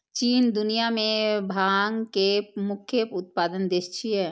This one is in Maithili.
चीन दुनिया मे भांग के मुख्य उत्पादक देश छियै